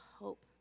hope